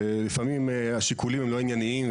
שלפעמים השיקולים הם לא ענייניים,